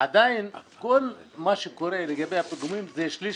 עדיין כל מה שקורה לגבי הפיגומים זה שליש